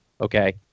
okay